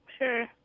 sure